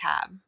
tab